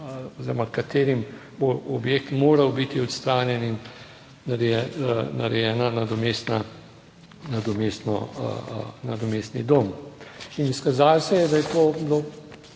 katerim bo objekt moral biti odstranjen in narejen nadomestni dom. In izkazalo se je, da je to